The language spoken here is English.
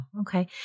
Okay